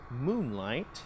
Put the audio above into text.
Moonlight